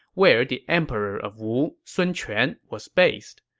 where the emperor of wu, sun quan, was based.